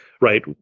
right